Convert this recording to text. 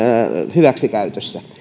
hyväksikäytössä